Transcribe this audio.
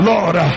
Lord